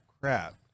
crap